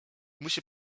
musi